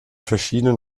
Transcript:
verschiedenen